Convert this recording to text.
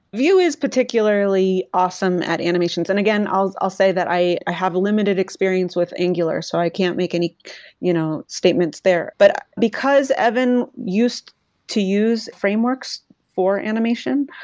vue is particularly awesome at animations and again, i'll i'll say that i have limited experience with angular so i can't make any you know statements there. but because evan used to use frameworks for animation,